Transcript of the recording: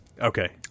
Okay